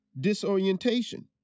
disorientation